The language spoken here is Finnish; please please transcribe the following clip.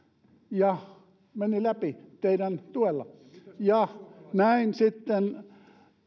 ja se meni läpi teidän tuellanne ja näin sitten